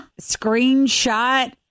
screenshot